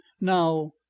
now